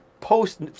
post